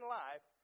life